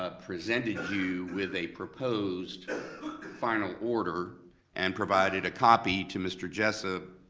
ah presented you with a proposed final order and provided a copy to mr. jessup,